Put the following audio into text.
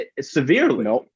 severely